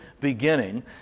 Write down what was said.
beginning